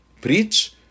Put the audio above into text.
preach